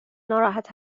ناراحت